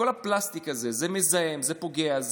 כל הפלסטיק הזה מזהם, פוגע.